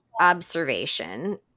observation